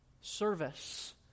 service